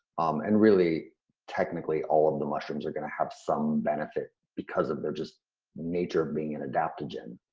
and really technically all of the mushrooms are gonna have some benefits because of their just nature of being an adaptogen.